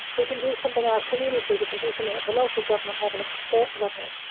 we can do something in our community, we can do something at the local government level, at the state level,